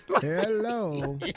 Hello